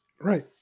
Right